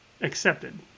accepted